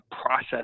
process